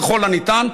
ככל הניתן,